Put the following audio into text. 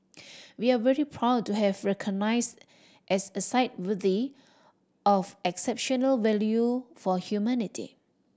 we are very proud to have recognised as a site worthy of exceptional value for humanity